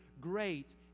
great